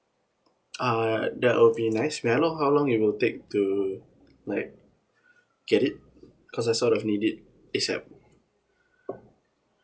ah that would be nice may I know how long it will take to like get it cause I sort of it need ASAP